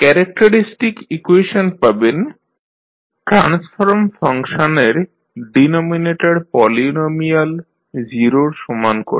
characteristic equation পাবেন transform ফাংশনের denominator polynomial 0 এর সমান করে